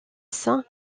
saint